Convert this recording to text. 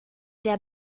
der